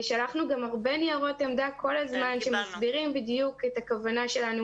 שלחנו הרבה ניירות עמדה שמסבירים את הכוונה שלנו,